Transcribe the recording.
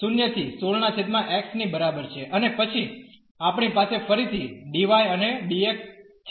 તેથી આ y એ 0 ¿ 16x ની બરાબર છે અને પછી આપણી પાસે ફરીથી dy અને dx છે